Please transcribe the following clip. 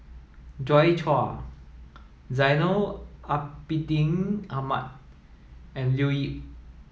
Joi Chua Zainal Abidin Ahmad and Leo Yip